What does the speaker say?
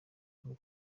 hano